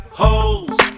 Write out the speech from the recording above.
holes